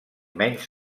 menys